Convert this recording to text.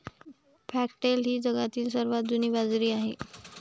foxtail ही जगातील सर्वात जुनी बाजरी आहे